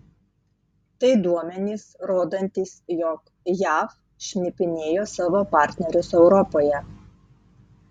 tai duomenys rodantys jog jav šnipinėjo savo partnerius europoje